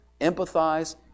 empathize